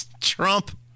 Trump